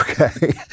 Okay